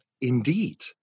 indeed